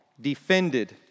defended